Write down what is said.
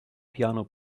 piano